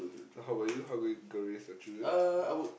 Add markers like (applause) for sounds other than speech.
how about you how are you going to raise your children (breath)